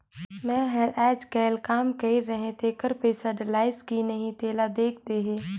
मै हर अईचकायल काम कइर रहें तेकर पइसा डलाईस कि नहीं तेला देख देहे?